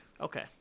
Okay